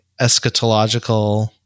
eschatological